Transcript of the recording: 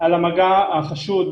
על המגע החשוד,